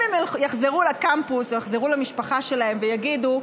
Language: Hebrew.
אם הם יחזרו לקמפוס או יחזרו למשפחה שלהם ויגידו: